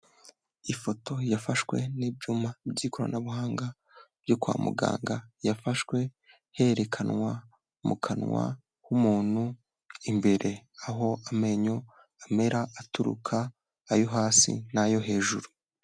Ifoto yafashwe n'ibyuma by'ikoranabuhanga byo kwa muganga, yafashwe herekanwa mu kanwa k'umuntu imbere, aho amenyo amera aturuka, ayo hasi n'ayo hejuru.